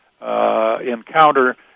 encounter